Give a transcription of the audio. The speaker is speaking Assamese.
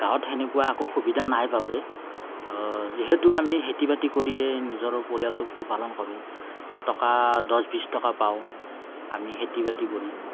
গাঁৱত সেনেকুৱা একো সুবিধা নাই বাবে যিহেতু আমি খেতি বাতি কৰিয়েই নিজৰ পৰিয়ালটো পোহ পালন কৰোঁ টকা দহ বিছ টকা পাওঁ আমি খেতি বাতি কৰি